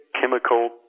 chemical